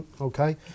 Okay